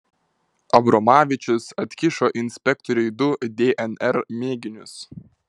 abromavičius atkišo inspektoriui du dnr mėginius